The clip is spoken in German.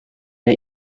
der